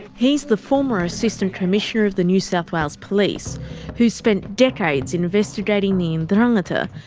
he's the former assistant commissioner of the new south wales police who's spent decades investigating the and the ndrangheta,